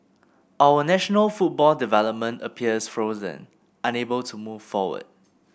our national football development appears frozen unable to move forward